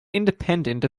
independent